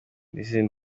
n’izindi